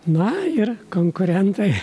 na ir konkurentai